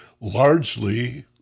largely